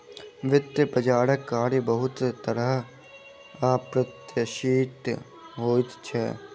वित्तीय बजारक कार्य बहुत तरहेँ अप्रत्याशित होइत अछि